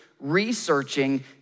Researching